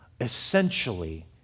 Essentially